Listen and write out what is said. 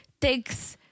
takes